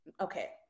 okay